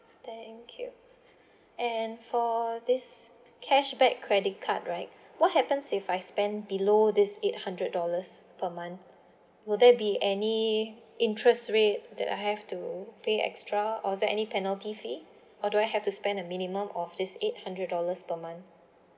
thank you and for this cashback credit card right what happens if I spend below this eight hundred dollars per month would there be any interest rate that I have to pay extra or is there any penalty fee or do I have to spend a minimum of this eight hundred dollars per month